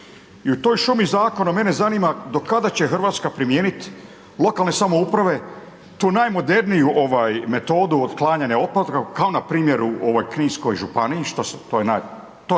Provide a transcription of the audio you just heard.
i u toj šumi zakona mene zanima do kada će Hrvatska primijenit lokalne samouprave tu najmoderniju ovaj metodu otklanjanja otpatka kao npr. ovaj u Kninskoj županiji, to je sigurno